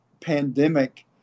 pandemic